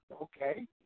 Okay